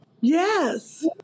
Yes